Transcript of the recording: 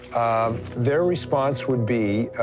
their response would be,